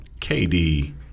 KD